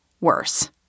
worse